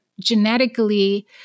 genetically